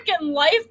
life